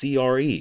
CRE